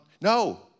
No